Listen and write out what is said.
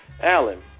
Alan